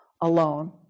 alone